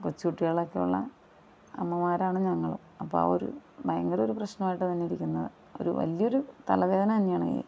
കൊച്ച് കുട്ടികളൊക്കെയുള്ള അമ്മമാരാണ് ഞങ്ങളും അപ്പം ആ ഒരു ഭയങ്കര ഒരു പ്രശ്നമായിട്ട് തന്നിരിക്കുന്ന ഒരു വലിയൊരു തലവേദന തന്നെയാണ് ഈ